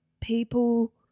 people